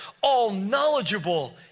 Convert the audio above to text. all-knowledgeable